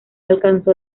alcanzó